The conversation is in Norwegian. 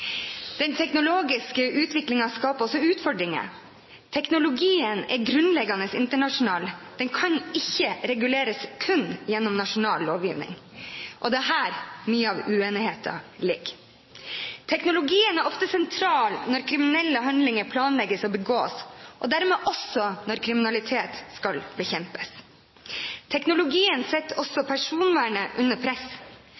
Den teknologiske utviklingen skaper også utfordringer. Teknologien er grunnleggende internasjonal. Den kan ikke reguleres kun gjennom nasjonal lovgivning. Det er her mye av uenigheten ligger. Teknologien er ofte sentral når kriminelle handlinger planlegges og begås, og dermed også når kriminalitet skal bekjempes. Teknologien